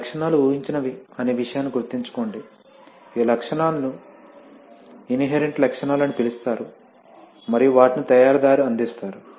ఈ లక్షణాలు ఊహించినవి అనే విషయాన్ని గుర్తుంచుకోండి ఈ లక్షణాలను ఇన్హెరెంట్ లక్షణాలు అని పిలుస్తారు మరియు వాటిని తయారీదారు అందిస్తారు